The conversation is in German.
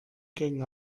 gegen